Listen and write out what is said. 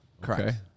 Correct